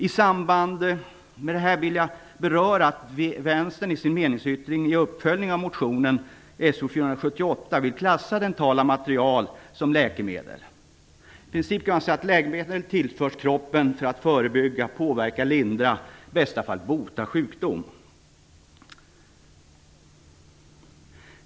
I samband med detta vill jag beröra att Vänstern i sin meningsyttring, som uppföljning till motion I princip kan man säga att läkemedel tillförs kroppen för att förebygga, påverka, lindra och i bästa fall bota sjukdom.